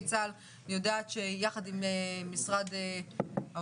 צה"ל אני יודעת שיחד עם משרד האוצר,